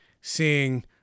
seeing